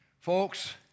Folks